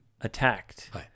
attacked